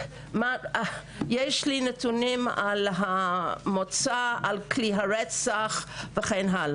יש לי נתונים על המוצא, על כלי הרצח וכו'.